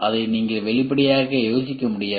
அதை நீங்கள் வெளிப்படையாக யோசிக்க முடியாது